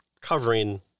covering